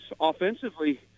offensively